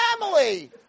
family